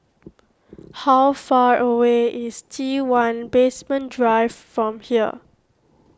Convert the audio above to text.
how far away is T one Basement Drive from here